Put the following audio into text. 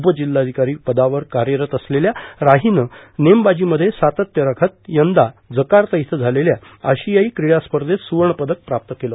उपजिल्हाधिकारी पदावर कार्यरत असलेल्या राहीनं नेमबाजीमध्ये सातत्य राखत यंदा जकार्ता इथं झालेल्या आशियाई क्रीडा स्पर्धेत स्रवर्ण पदक प्राप्त केलं